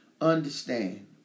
Understand